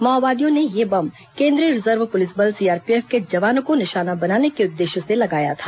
माओवादियों ने यह बम केंद्रीय रिजर्व पुलिस बल सीआरपीएफ के जवानों को निशाना बनाने के उद्देश्य से लगाया था